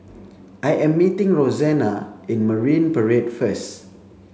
I am meeting Roxanna in Marine Parade first